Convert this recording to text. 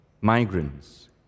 migrants